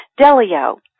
Delio